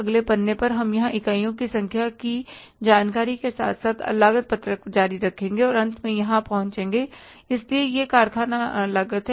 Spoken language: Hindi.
अगले पन्ने पर हम यहां इकाइयों की संख्या की जानकारी के साथ साथ लागत पत्रक जारी रखेंगे और अंत में यहां पहुँचेंगे इसलिए यह कारखाना लागत है